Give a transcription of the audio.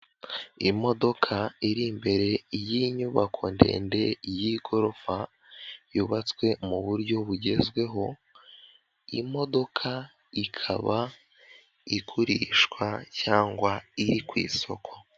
Imodoka iri imbere y'inyubako ndende y'igorofa, yubatswe muburyo bugezweho, imodoka ikaba igurishwa cyangwa iri ku isoko.